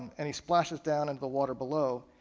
and he splashes down into the water below,